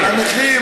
הנכים,